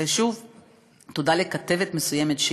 ושוב תודה לכתבת מסוימת,